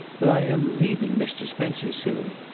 but i am leaving mr. spencer soon.